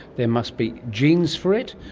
there must be genes for it.